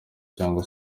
cyangwa